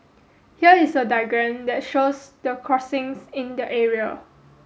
here is a diagram that shows the crossings in the area